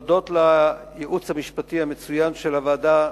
אני רוצה להודות לייעוץ המשפטי המצוין של הוועדה,